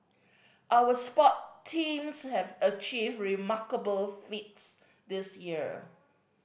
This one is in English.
our sport teams have achieved remarkable feats this year